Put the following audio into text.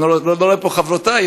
לא רואה פה חברותי,